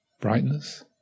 brightness